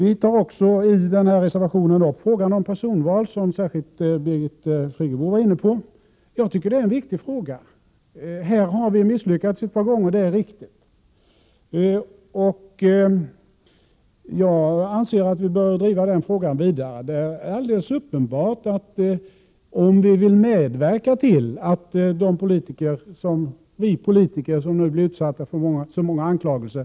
I denna reservation tar vi också upp frågan om personval. Birgit Friggebo var särskilt inne på det. Jag tycker att det är en viktig fråga. Det är dock riktigt att vi har misslyckats ett par gånger när det gäller denna fråga. Vi bör emellertid driva den vidare. Politiker blir utsatta för så många anklagelser.